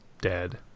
dead